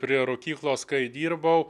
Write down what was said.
prie rūkyklos kai dirbau